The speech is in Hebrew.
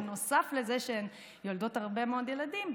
בנוסף לזה שהן יולדות הרבה מאוד ילדים,